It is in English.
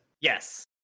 Yes